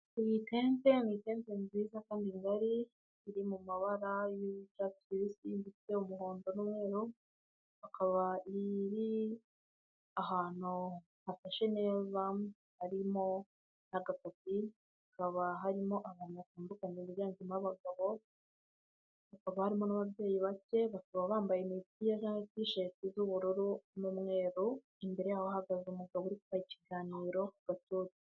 Iyi tente, ni itente nziza kandi ngari iri mu mabara y'icyatsi kibisi ndetse umuhondo n'umweru, ikaba iri ahantu hasashe neza harimo na agatapi. Hakaba harimo abantu batandukanye biganjemo abagabo hakaba harimo n'ababyeyi bacye, bakaba bambaye imipira cyangwa t-shirt z'ubururu n'umweru. Imbere yabo hahagaze umugabo uri kubaha ikiganiro witwa John.